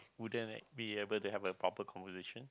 wouldn't like be able to have a proper conversation